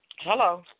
Hello